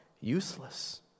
useless